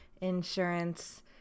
Insurance